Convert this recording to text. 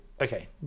okay